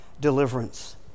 deliverance